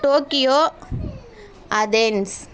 Tokyo Athens